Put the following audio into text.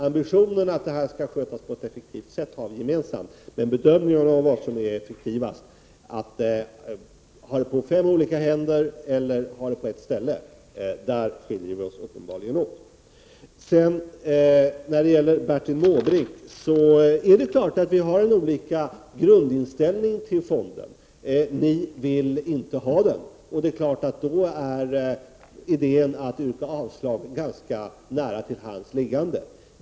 Ambitionen att detta skall skötas på ett effektivt sätt har vi gemensam, men i bedömningen av vad som är effektivast — att ha kreditgivningen på fem olika händer eller på ett ställe — skiljer vi oss uppenbarligen åt. Det är klart, Bertil Måbrink, att vi har olika grundinställning till fonden. Ni vill inte ha den, och då ligger idén att yrka avslag nära till hands.